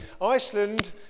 Iceland